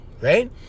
right